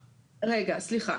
רגע, סליחה,